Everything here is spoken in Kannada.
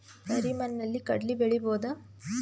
ಕರಿ ಮಣ್ಣಲಿ ಕಡಲಿ ಬೆಳಿ ಬೋದ?